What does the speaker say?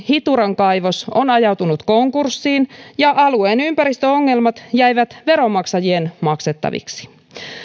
hituran kaivos on ajautunut konkurssiin ja alueen ympäristöongelmat jäivät veronmaksajien maksettaviksi